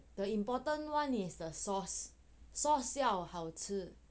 the important one is the sauce sauce 要好吃